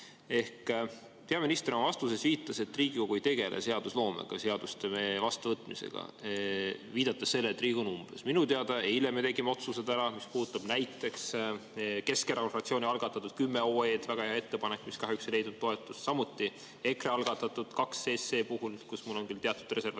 Peaminister oma vastuses viitas, et Riigikogu ei tegele seadusloomega, seaduste vastuvõtmisega, viidates sellele, et Riigikogu on umbes. Minu teada eile me tegime otsused ära, mis puudutab näiteks Keskerakonna fraktsiooni algatatud 10 OE-d – väga hea ettepanek, mis kahjuks ei leidnud toetust –, samuti EKRE algatatud 2 SE, mille puhul mul on küll teatud reservatsioonid.